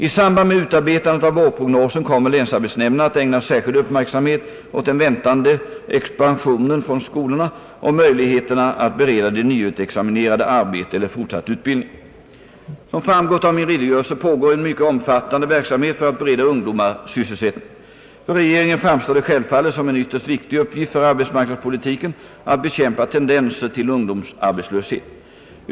I samband med utarbetandet av vårprognosen kommer länsarbetsnämnderna att ägna särskild uppmärksamhet åt den väntade examinationen från skolorna och möjligheterna att bereda de nyutexaminerade arbete eller fortsatt utbildning. Som framgått av min redogörelse pågår en mycket omfattande verksamhet för att bereda ungdomar sysselsättning. För regeringen framstår det självfallet som en ytterst viktig uppgift för arbetsmarknadspolitiken att bekämpa tendenser till ungdomsarbetslöshet.